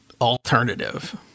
alternative